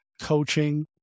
coaching